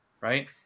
Right